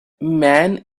man